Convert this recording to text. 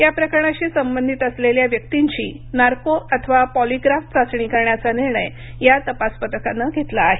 या प्रकरणाशी संबंधित असलेल्या व्यक्तींची नार्को अथवा पॉलिग्राफ चाचणी करण्याचा निर्णय या तपास पथकानं घेतला आहे